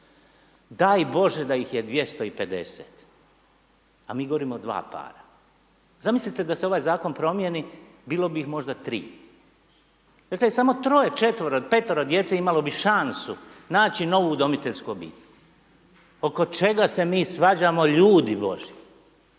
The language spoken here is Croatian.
Daj bože da ih je 250 a mi govorimo o 2 para. Zamislite da se ovaj zakon promijeni, bilo bi ih možda 3. Dakle samo 3., 4., 5.-ero djece imalo bi šansu naći novu udomiteljsku obitelj. Oko čega se mi svađamo ljudi božji,